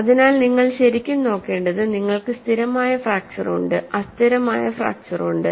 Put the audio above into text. അതിനാൽ നിങ്ങൾ ശരിക്കും നോക്കേണ്ടത് നിങ്ങൾക്ക് സ്ഥിരമായ ഫ്രാക്ച്ചർ ഉണ്ട് അസ്ഥിരമായ ഫ്രാക്ച്ചർ ഉണ്ട്